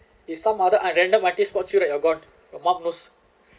if some other unidentical parties spots you right you're gone they must know